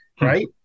right